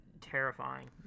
terrifying